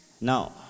now